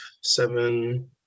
seven